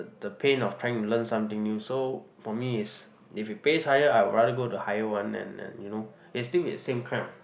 the pain of trying to learn something new so for me it's if it pays higher I will rather go the higher one and and you know it'll still be the same kind of